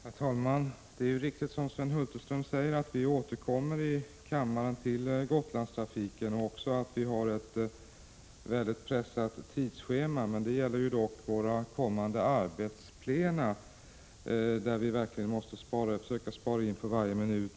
Herr talman! Det är riktigt som Sven Hulterström säger att vi i kammaren återkommer till Gotlandstrafiken. Det är också riktigt att riksdagen nu har ett mycket pressat tidsschema, men det gäller ju bara våra kommande arbetsplena där vi verkligen måste försöka spara in på varje minut.